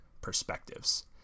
perspectives